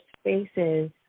spaces